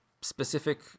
specific